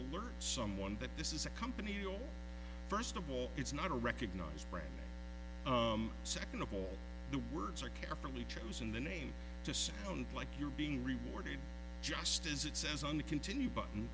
alert someone that this is a company your first of all it's not a recognized brand second of all the words are carefully chosen the name to sound like you're being rewarded just as it says on the continue button